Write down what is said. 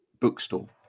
bookstore